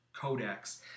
Codex